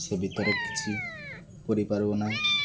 ସେ ଭିତରେ କିଛି କରିପାରିବ ନାହିଁ